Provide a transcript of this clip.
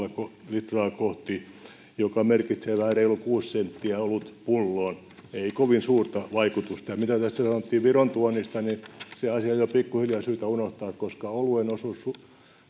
litraa kohti joka merkitsee vähän reilu kuusi senttiä olutpulloon ei kovin suurta vaikutusta mitä tässä sanottiin viron tuonnista niin se asia on jo pikku hiljaa syytä unohtaa koska